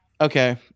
Okay